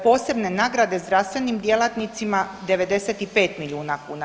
Posebne nagrade zdravstvenim djelatnicima 95 milijuna kuna.